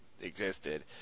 Existed